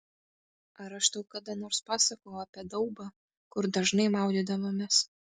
ar aš tau kada nors pasakojau apie daubą kur dažnai maudydavomės